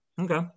okay